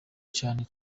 cane